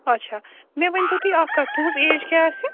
اَچھا مےٚ ؤنۍتو تُہۍ اَکھ کَتھ تُہٕنٛز ایج کیٛاہ آسہِ